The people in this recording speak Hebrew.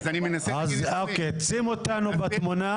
אז אוקי שים אותנו בתמונה,